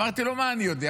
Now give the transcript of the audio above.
שאלתי אותו: מה אני יודע?